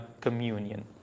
communion